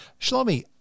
Shlomi